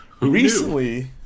recently